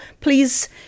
please